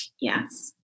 Yes